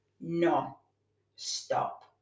non-stop